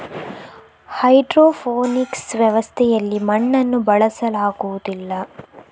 hydroponics ವ್ಯವಸ್ಥೆಯಲ್ಲಿ ಮಣ್ಣನ್ನು ಬಳಸಲಾಗುವುದಿಲ್ಲ